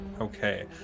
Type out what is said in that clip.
okay